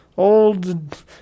Old